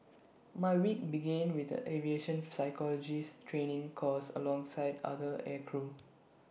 my week began with A aviation physiologies training course alongside other aircrew